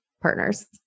partners